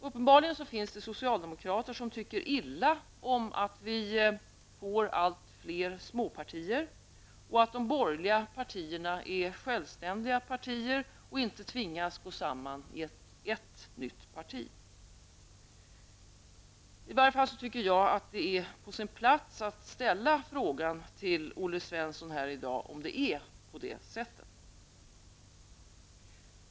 Uppenbarligen finns det socialdemokrater som tycker illa om att vi får allt fler småpartier och att de borgerliga partierna är självständiga partier och inte tvingas gå samman i ett nytt parti. I varje fall tycker jag att det är på sin plats att ställa frågan till Olle Svensson här i dag om det är på det sättet.